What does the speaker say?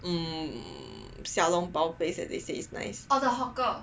um 小笼包 place that they say it's nice